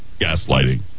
gaslighting